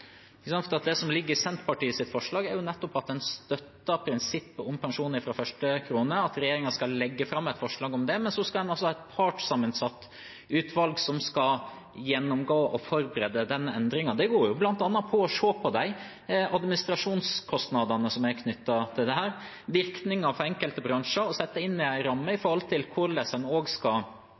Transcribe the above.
Det som ligger i Senterpartiets forslag, er at en støtter prinsippet om pensjon fra første krone, og at regjeringen skal legge fram et forslag om det. Så skal en ha et partssammensatt utvalg som skal gjennomgå og forberede den endringen. Det går bl.a. på å se på de administrasjonskostnadene som er knyttet til dette, virkningen for enkelte bransjer og sette det inn i en ramme for hvordan en skal løse det, slik at berørte parter kommer ut på en